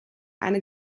eine